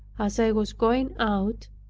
as i was going out,